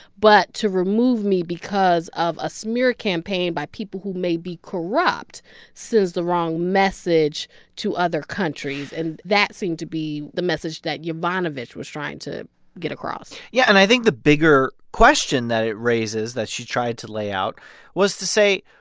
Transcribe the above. but to remove me because of a smear campaign by people who may be corrupt sends the wrong message to other countries. and that seemed to be the message that yovanovitch was trying to get across yeah. and i think the bigger question that it raises that she tried to lay out was to say,